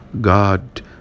God